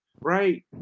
right